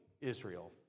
Israel